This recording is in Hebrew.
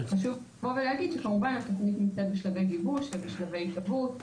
חשוב להגיד שהתוכנית נמצאת בשלבי גיבוש, אנחנו